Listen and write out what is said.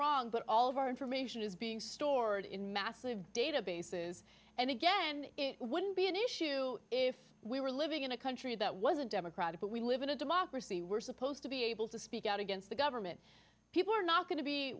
wrong but all of our information is being stored in massive databases and again it wouldn't be an issue if we were living in a country that wasn't democratic but we live in a democracy we're supposed to be able to speak out against the government people are not going to be